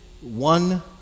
one